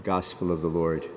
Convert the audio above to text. gospel of the lord